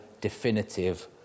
definitive